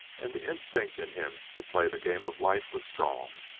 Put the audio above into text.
and the instinct in him to play the game of life was strong.